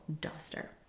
duster